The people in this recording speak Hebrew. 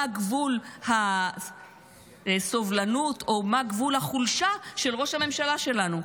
גבול הסובלנות או מה גבול החולשה של ראש הממשלה שלנו.